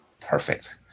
perfect